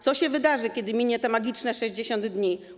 Co się wydarzy, kiedy minie magiczne 60 dni?